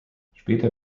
später